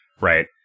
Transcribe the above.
right